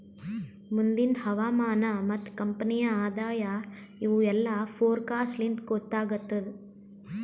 ಮುಂದಿಂದ್ ಹವಾಮಾನ ಮತ್ತ ಕಂಪನಿಯ ಆದಾಯ ಇವು ಎಲ್ಲಾ ಫೋರಕಾಸ್ಟ್ ಲಿಂತ್ ಗೊತ್ತಾಗತ್ತುದ್